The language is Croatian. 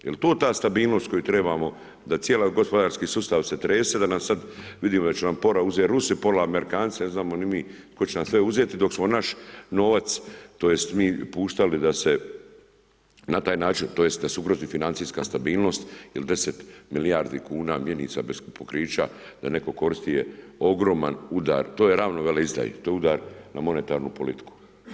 Jel' to ta stabilnost koju trebamo da cijeli gospodarski sustav se trese, da će nam pola uzeti Rusi, pola Amerikanci, ne znamo ni mi tko će nam sve uzeti dok smo naš novac tj. mi puštali da se na taj način, tj. da se ugrozi financijska stabilnosti jer 10 milijardi kuna mjenica bez pokrića da netko koristi je ogroman udar, to je ravno veleizdaji, to je udar na monetarnu politiku.